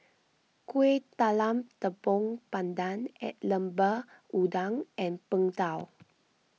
Kueh Talam Tepong Pandan at Lemper Udang and Png Tao